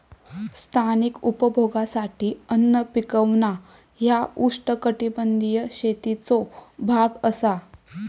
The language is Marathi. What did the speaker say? स्थानिक उपभोगासाठी अन्न पिकवणा ह्या उष्णकटिबंधीय शेतीचो भाग असा